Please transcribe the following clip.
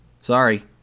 Sorry